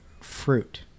fruit